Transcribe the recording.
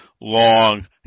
long